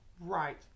Right